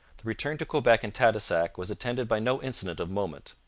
the return to quebec and tadoussac was attended by no incident of moment.